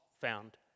found